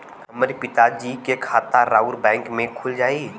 हमरे पिता जी के खाता राउर बैंक में खुल जाई?